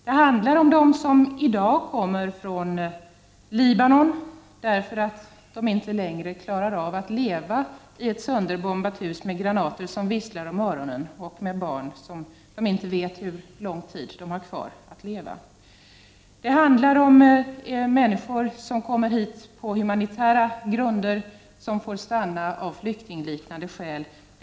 Det handlar om dem som i dag kommer från Libanon därför att de inte längre klarar av att leva i ett sönderbombat hus, med granater som visslar om öronen och med barn som inte vet hur lång tid de har kvar att leva. Det handlar om människor som kommer hit på humanitära grunder och som får stanna av skäl liknande dem som gäller för flyktingar.